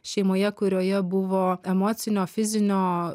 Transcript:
šeimoje kurioje buvo emocinio fizinio